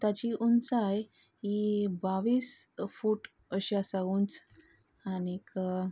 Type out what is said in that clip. ताची उंचाय ही बाव्वीस फूट अशी आसा उंच आनीक